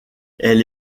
elle